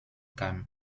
kam